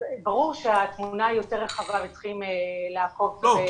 ברור שהתמונה היא יותר רחבה וצריך לעקוב באופן שלם --- לא,